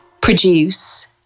produce